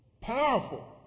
Powerful